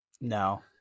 No